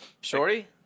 Shorty